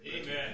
amen